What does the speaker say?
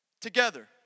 together